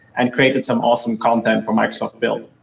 and created some awesome content for microsoft build.